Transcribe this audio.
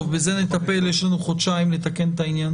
טוב, בזה נטפל, יש לנו חודשיים לתקן את העניין.